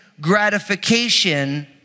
gratification